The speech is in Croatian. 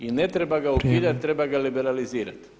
I ne treba ga ukidati, treba ga liberalizirati.